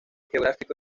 geográfico